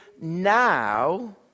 now